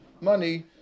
money